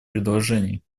предложений